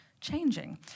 changing